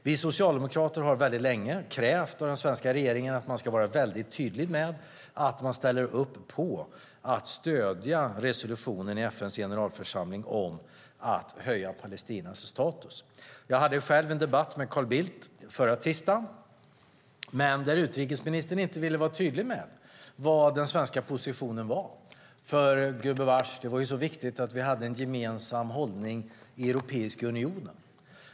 Vi socialdemokrater har länge krävt att den svenska regeringen ska vara tydlig med att man ställer upp på att stödja resolutionen i FN:s generalförsamling om att höja Palestinas status. Jag hade själv en debatt med Carl Bildt förra tisdagen men där utrikesministern inte ville vara tydlig med vad den svenska positionen var, för det var ju gubevars så viktigt att vi hade en gemensam hållning i Europeiska unionen.